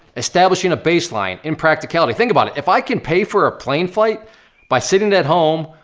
establishing a baseline, in practicality. think about it if i can pay for a plane flight by sitting at home,